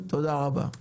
תודה רבה,